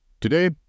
Today